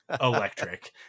electric